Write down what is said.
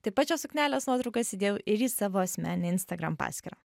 taip pat šios suknelės nuotraukas įdėjau ir į savo asmeninę instagram paskyrą